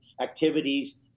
activities